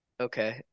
Okay